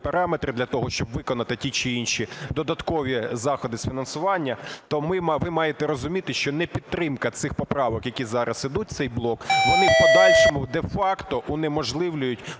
параметри для того, щоб виконати ті чи інші додаткові заходи з фінансування, то ви маєте розуміти, що непідтримка цих поправок, які зараз ідуть, цей блок, вони в подальшому де-факто унеможливлюють